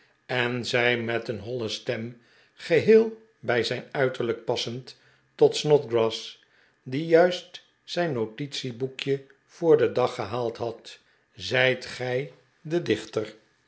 en zei met een holle stem geheel bij zijn uiterlijk passend tot snodgrass die juist zijn notitieboekje voor den dag gehaald had zijt gij de dichter